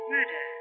Murder